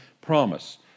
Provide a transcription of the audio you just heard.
promise